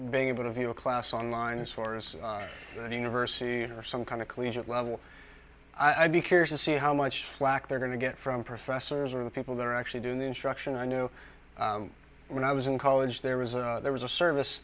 being able to view a class online as far as the university or some kind of collegiate level i'd be curious to see how much flak they're going to get from professors or the people that are actually doing the instruction i knew when i was in college there was a there was a service